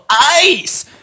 Ice